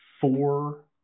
four